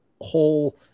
whole